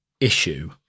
issue